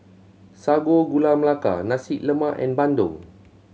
Sago Gula Melaka Nasi Lemak and bandung